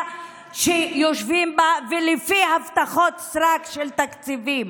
שיושבים בה ולפי הבטחות סרק של תקציבים.